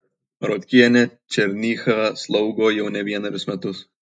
rotkienė černychą slaugo jau ne vienerius metus